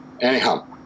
Anyhow